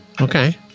Okay